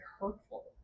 hurtful